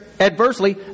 adversely